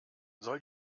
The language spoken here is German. soll